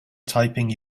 typing